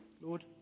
Lord